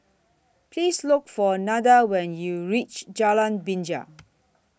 Please Look For Nada when YOU REACH Jalan Binja